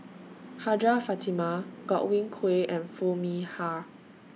Hajjah Fatimah Godwin Koay and Foo Mee Har